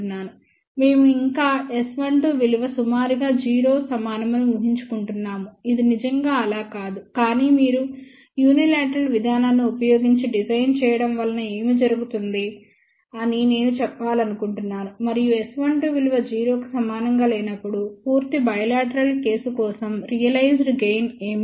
మేము ఇంకా S12 విలువ సుమారుగా 0 సమానమని ఊహించుకుంటున్నాము ఇది నిజంగా అలా కాదు కానీ మీరు యూనిలేట్రల్ విధానాన్ని ఉపయోగించి డిజైన్ చేయడం వలన ఏమి జరుగుతుంది అని నేను చెప్పాలనుకుంటున్నాను మరియు S12 విలువ 0 కు సమానంగా లేనప్పుడు పూర్తి బైలేట్రల్ కేసు కోసం రియలైజ్డ్ గెయిన్ ఏమిటి